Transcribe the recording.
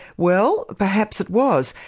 well, perhaps it was,